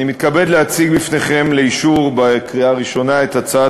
אני מתכבד להציג בפניכם לאישור בקריאה ראשונה את הצעת